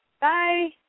Bye